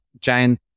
giant